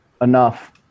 enough